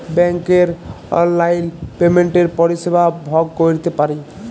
ব্যাংকের অললাইল পেমেল্টের পরিষেবা ভগ ক্যইরতে পারি